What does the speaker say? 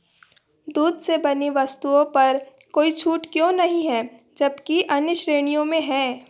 दूध से बनी वस्तुओं पर कोई छूट क्यों नहीं है जबकि अन्य श्रेणियों में हैं